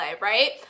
right